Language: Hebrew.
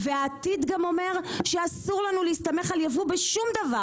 והעתיד אומר שאסור לנו להסתמך על ייבוא בשום דבר,